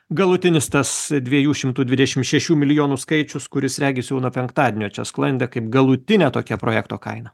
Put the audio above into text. galutinis tas dviejų šimtų dvidešim šešių milijonų skaičius kuris regis jau nuo penktadienio čia sklandė kaip galutinė tokia projekto kaina